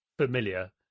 familiar